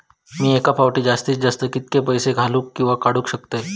मी एका फाउटी जास्तीत जास्त कितके पैसे घालूक किवा काडूक शकतय?